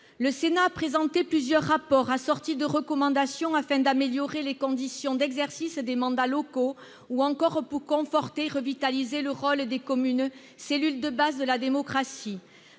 Le Sénat a présenté plusieurs rapports assortis de recommandations afin d'améliorer les conditions d'exercice des mandats locaux, ou encore pour conforter et revitaliser le rôle des communes, cellules de base de la démocratie.